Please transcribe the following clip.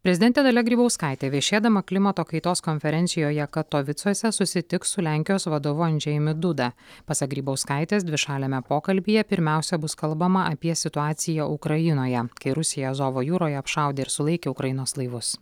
prezidentė dalia grybauskaitė viešėdama klimato kaitos konferencijoje katovicuose susitiks su lenkijos vadovu andžejumi duda pasak grybauskaitės dvišaliame pokalbyje pirmiausia bus kalbama apie situaciją ukrainoje kai rusija azovo jūroje apšaudė ir sulaikė ukrainos laivus